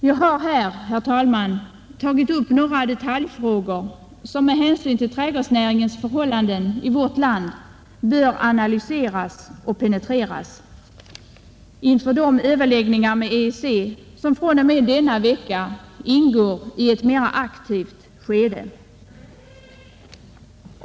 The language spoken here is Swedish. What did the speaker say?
Jag har här tagit upp några detaljfrågor som med hänsyn till trädgårdsnäringens förhållanden i vårt land bör analyseras och penetreras inför de överläggningar med EEC som från och med denna vecka går in i ett mer aktivt skede.